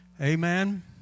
Amen